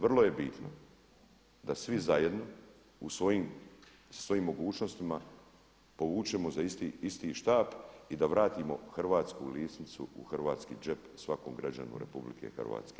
Vrlo je bitno da svi zajedno sa svojim mogućnostima povučemo za isti štap i da vratimo hrvatsku lisnicu u hrvatski džep svakom građaninu RH.